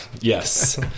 Yes